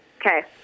Okay